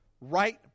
right